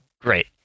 great